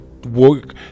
work